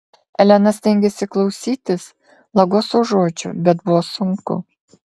elena stengėsi klausytis lagoso žodžių bet buvo sunku